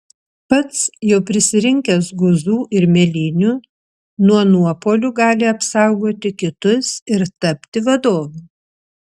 pats jau prisirinkęs guzų ir mėlynių nuo nuopuolių gali apsaugoti kitus ir tapti vadovu